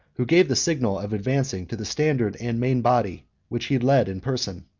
who gave the signal of advancing to the standard and main body, which he led in person.